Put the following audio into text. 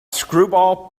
screwball